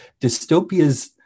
dystopias